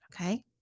Okay